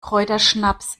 kräuterschnaps